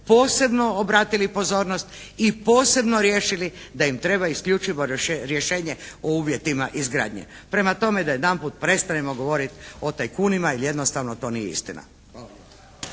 posebno obratili pozornost i posebno riješili da im treba isključivo rješenje o uvjetima izgradnje. Prema tome, da jedanput prestanemo govoriti o tajkunima jer jednostavno nije istina.